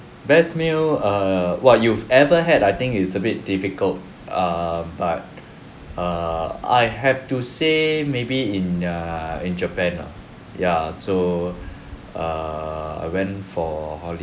best meal err !wah! you've ever had I think it's a bit difficult um but err I have to say maybe in err in japan lah ya so err I went for holiday